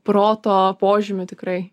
proto požymių tikrai